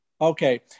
Okay